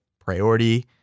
priority